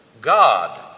God